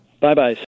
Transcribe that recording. Bye-bye